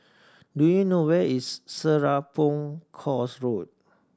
do you know where is Serapong Course Road